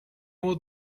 all